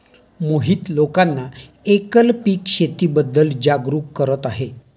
मोहित लोकांना एकल पीक शेतीबद्दल जागरूक करत आहे